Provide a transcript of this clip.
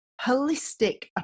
holistic